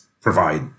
provide